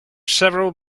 several